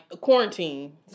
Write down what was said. Quarantine